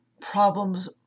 problems